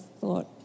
thought